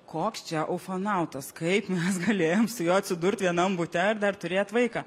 koks čia ufonautas kaip mes galėjom su juo atsidurt vienam bute ir dar turėt vaiką